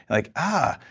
like oh.